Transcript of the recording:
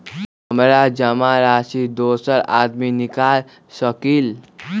हमरा जमा राशि दोसर आदमी निकाल सकील?